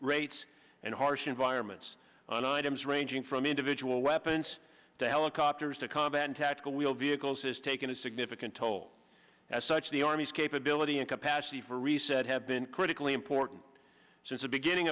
rates and harsh environments on items ranging from individual weapons to helicopters to combat tactical wheeled vehicles has taken a significant toll as such the army's capability and capacity for reset have been critically important since the beginning